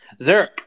zerk